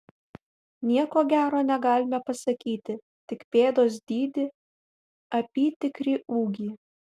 nieko gero negalime pasakyti tik pėdos dydį apytikrį ūgį